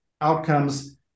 outcomes